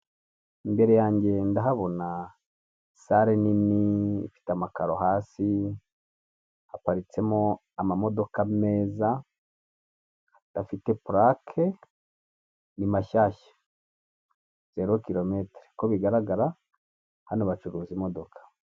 Imbere yanjye ndahabona sare nini ifite amakaro hasi, haparitsemo ama modoka mezafite purake ni mashyashya, zerokirometere, uko bigaragara hano bacuruza imodoka.